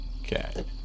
Okay